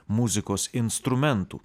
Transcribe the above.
muzikos instrumentų